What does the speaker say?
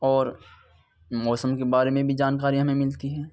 اور موسم کے بارے میں بھی جانکاری ہمیں ملتی ہیں